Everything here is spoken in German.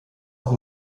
auch